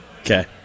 Okay